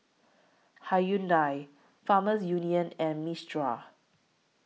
Hyundai Farmers Union and Mistral